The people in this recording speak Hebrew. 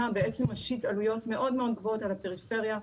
בעצם משית עלויות מאוד מאוד גבוהות על הפריפריה,